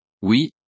Oui